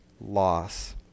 loss